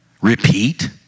repeat